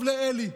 עכשיו לאלי.